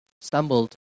stumbled